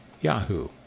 Yahoo